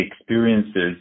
experiences